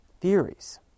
theories